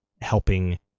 helping